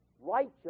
righteous